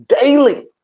daily